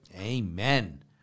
amen